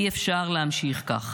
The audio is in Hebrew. אי-אפשר להמשיך כך.